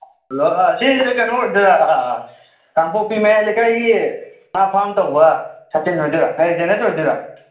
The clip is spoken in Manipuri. ꯍꯂꯣ ꯁꯤꯁꯦ ꯀꯩꯅꯣ ꯑꯣꯏꯗꯣꯏꯔꯥ ꯀꯥꯡꯄꯣꯛꯄꯤ ꯃꯌꯥꯏ ꯂꯩꯀꯥꯏꯒꯤ ꯉꯥ ꯐꯥꯝ ꯇꯧꯕ ꯖꯦꯅꯁ ꯑꯣꯏꯗꯣꯏꯔꯥ